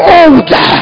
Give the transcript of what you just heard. older